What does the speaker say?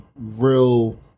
real